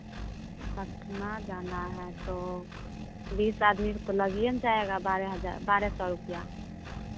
पटना जाना है तो बीस आदमी का तो लगिएन जाएगा बारह हज़ार बारह सौ रुपया